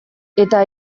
eta